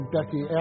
Becky